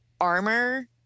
armor